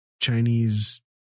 Chinese